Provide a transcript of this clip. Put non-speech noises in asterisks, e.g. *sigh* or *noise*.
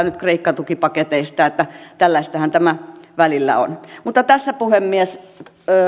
*unintelligible* nyt kreikka tukipaketeista että tällaistahan tämä välillä on tässä puhemies